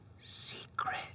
secret